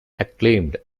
acclaimed